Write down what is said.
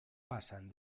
pasan